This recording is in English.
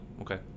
Okay